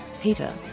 peter